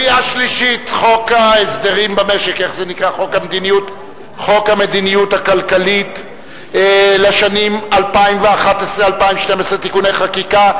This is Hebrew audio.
חוק המדיניות הכלכלית לשנים 2011 ו-2012 (תיקוני חקיקה),